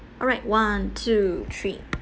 alright one two three